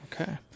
Okay